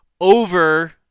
over